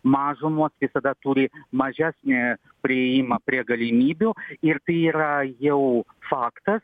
mažumos visada turi mažesnį priėjimą prie galimybių ir tai yra jau faktas